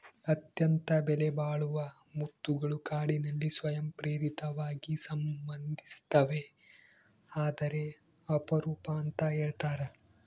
ಅತ್ಯಂತ ಬೆಲೆಬಾಳುವ ಮುತ್ತುಗಳು ಕಾಡಿನಲ್ಲಿ ಸ್ವಯಂ ಪ್ರೇರಿತವಾಗಿ ಸಂಭವಿಸ್ತವೆ ಆದರೆ ಅಪರೂಪ ಅಂತ ಹೇಳ್ತರ